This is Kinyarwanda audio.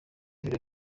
ibiro